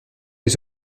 les